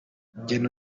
gen